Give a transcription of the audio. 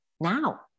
now